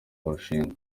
kurushinga